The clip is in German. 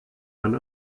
man